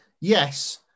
Yes